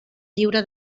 lliure